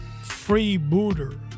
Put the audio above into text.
Freebooter